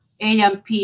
amp